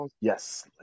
yes